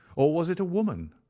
or was it a woman?